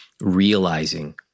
realizing